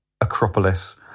Acropolis